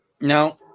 Now